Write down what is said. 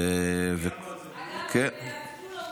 אנחנו קיימנו על